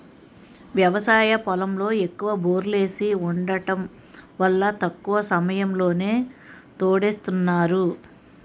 వ్యవసాయ పొలంలో ఎక్కువ బోర్లేసి వుండటం వల్ల తక్కువ సమయంలోనే తోడేస్తున్నారు